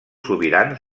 sobirans